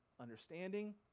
understanding